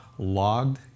logged